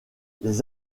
les